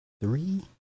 three